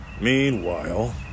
Meanwhile